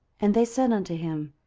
and they said unto him,